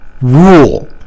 rule